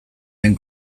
den